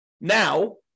now